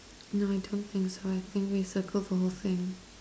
no I don't think so I think we circle the whole thing